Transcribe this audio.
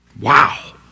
Wow